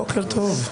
בוקר טוב.